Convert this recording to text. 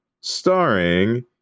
starring